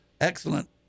excellent